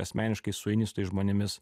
asmeniškai sueini su tais žmonėmis